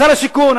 שר השיכון,